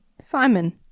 Simon